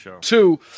two